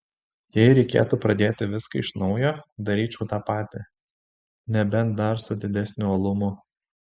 jei reikėtų pradėti viską iš naujo daryčiau tą patį nebent dar su didesniu uolumu